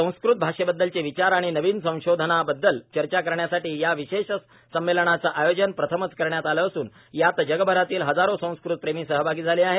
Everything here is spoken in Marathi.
संस्कृत भाषेबद्दलचे विचार आणि नवीन संशोधनांबद्दल चर्चा करण्यासाठी या विशेष संमेलनाचं आयोजन प्रथमच करण्यात आलं असून यात जगभरातील हजारो संस्कृत प्रेमी सहभागी झाले आहेत